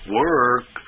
work